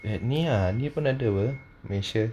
at ni ah ni pun ada apa malaysia